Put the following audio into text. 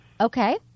Okay